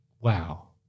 wow